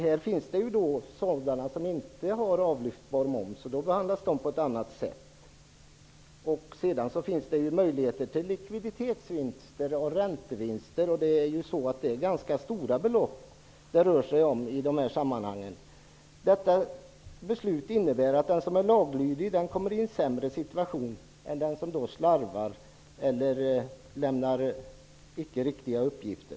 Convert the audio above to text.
Här finns också sådana som inte har avlyftbar moms, och följaktligen behandlas de på ett annat sätt. Sedan finns det möjligheter till likviditetsvinster och räntevinster, och det rör sig om ganska stora belopp i dessa sammanhang. Detta beslut innebär att den som är laglydig kommer i en sämre situation än den som slarvar eller lämnar oriktiga uppgifter.